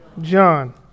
John